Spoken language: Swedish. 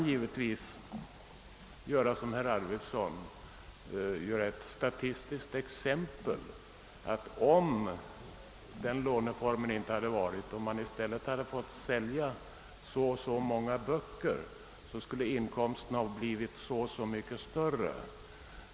Givetvis kan man, som herr Arvidson gjorde, ta ett statistiskt exempel och säga, att om låneformen inte hade funnits och det i stället sålts så och så många böcker, skulle författarnas inkomster ha varit så och så mycket större.